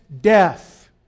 death